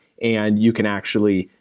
and you can actually,